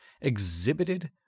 exhibited